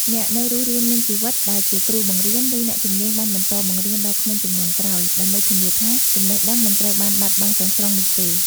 អ្នកនៅរស់រានមានជីវិតដែលជាគ្រូបង្រៀន ឬអ្នកជំនាញបានបន្តបង្រៀនដល់ក្មេងជំនាន់ក្រោយ ដើម្បីធានាថាចំណេះដឹងមិនត្រូវបានបាត់បង់ទាំងស្រុងនោះទេ។